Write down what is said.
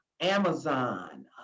amazon